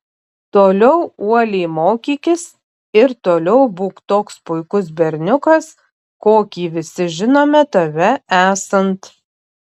toliau uoliai mokykis ir toliau būk toks puikus berniukas kokį visi žinome tave esant